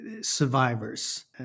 survivors